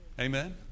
Amen